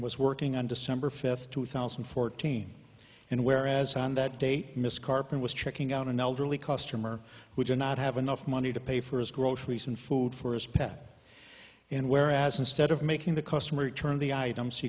was working on december fifth two thousand and fourteen and whereas on that day miss carper was checking out an elderly customer who did not have enough money to pay for his groceries and food for his pet and whereas instead of making the customer turn the item she